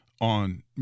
on